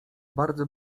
bardzo